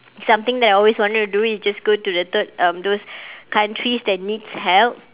something that I always wanted to do is just go to the third um those countries that needs help